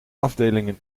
afdelingen